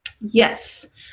Yes